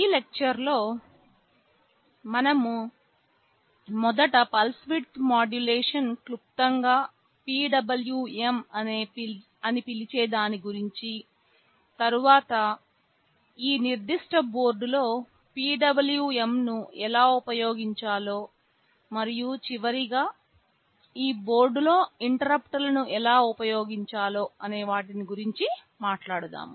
ఈ లెక్చర్ లో మనం మొదట పల్స్ విడ్త్ మాడ్యులేషన్ క్లుప్తం గా PWM అని పిలిచే దాని గురించి తరువాత ఈ నిర్దిష్ట బోర్డులో PWMను ఎలా ఉపయోగించాలో మరియు చివరగా ఈ బోర్డులో ఇంటరుప్పుట్ లను ఎలా ఉపయోగించాలో అనే వాటి గురించి మాట్లాడుదాం